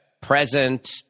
present